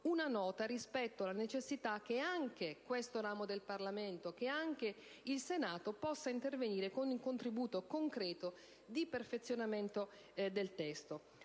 una nota rispetto alla necessità che anche questo ramo del Parlamento possa intervenire con un contributo concreto al perfezionamento del testo,